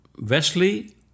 Wesley